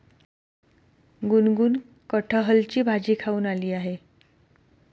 गुनगुन कठहलची भाजी खाऊन आली आहे